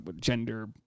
gender